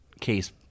case